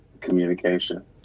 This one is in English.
Communication